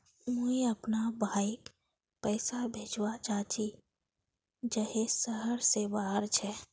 मुई अपना भाईक पैसा भेजवा चहची जहें शहर से बहार छे